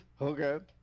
Okay